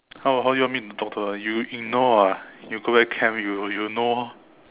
how how you want me to talk to her you ignore what you go back camp you you know